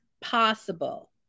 possible